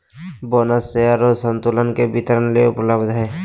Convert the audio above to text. bonus share और संतुलन के वितरण ले उपलब्ध हइ